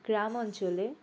গ্রামাঞ্চলে